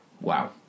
Wow